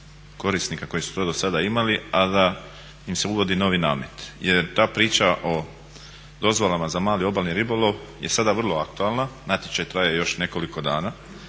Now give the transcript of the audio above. korisnika koji su to dosada imali a da im se uvodi novi namet. Jer ta priča o dozvolama za mali obalni ribolov je sada vrlo aktualna, natječaj traje još nekoliko dana,